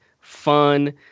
fun